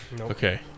Okay